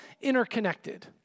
interconnected